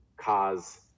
cause